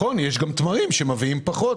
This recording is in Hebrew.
נכון, יש גם תמרים שעליהם מקבלים פחות.